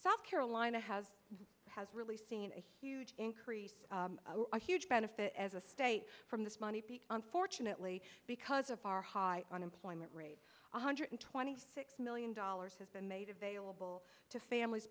south carolina have has really seen a huge increase a huge benefit as a state from this money unfortunately because of our high unemployment rate one hundred twenty six million dollars has been made available to families